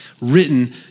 written